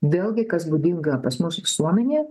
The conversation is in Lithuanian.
vėlgi kas būdinga pas mus visuomenėje